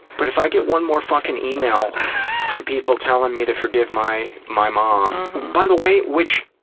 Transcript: but if i get one more fucking email from people telling me to forgive my my mom by the way, which